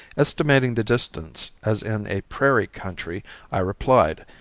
estimating the distance as in a prairie country i replied,